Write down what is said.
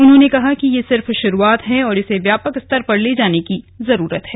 उन्होंने कहा कि यह सिर्फ शुरूआत है और इसे व्यापक स्तर पर ले जाने की जरूरत है